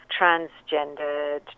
transgendered